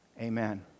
Amen